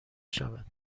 شود